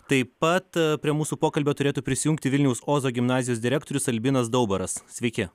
taip pat prie mūsų pokalbio turėtų prisijungti vilniaus ozo gimnazijos direktorius albinas daubaras sveiki